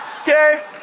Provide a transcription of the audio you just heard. Okay